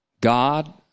God